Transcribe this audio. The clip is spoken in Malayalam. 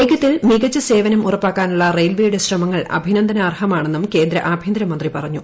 വേഗത്തിൽ മികച്ച സേവനം ഉറപ്പാക്കാനുള്ള റെയിൽവേയുടെ ശ്രമങ്ങൾ അഭിനന്ദനാർഹമാണെന്നും കേന്ദ്ര ആഭ്യന്തര മന്ത്രി പറഞ്ഞു